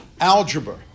algebra